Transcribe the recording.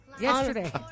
Yesterday